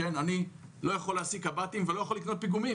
אני לא יכול להשיג קב"טים ולא יוכל לקנות פיגומים